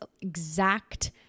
exact